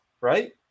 right